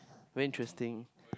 very interesting